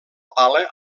pala